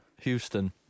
Houston